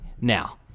Now